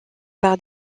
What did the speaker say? par